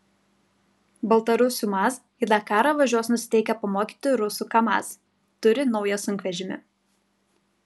baltarusių maz į dakarą važiuos nusiteikę pamokyti rusų kamaz turi naują sunkvežimį